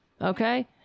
Okay